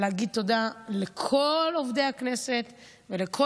להגיד תודה לכל עובדי הכנסת ולכל